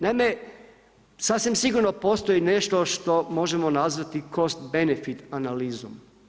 Naime, sasvim sigurno postoji nešto što možemo nazvati cost benefit analizom.